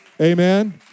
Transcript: Amen